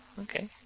okay